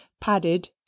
padded